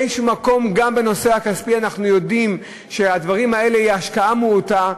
באיזה מקום גם בנושא הכספי אנחנו יודעים שהדברים האלה הם השקעה מועטה.